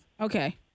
Okay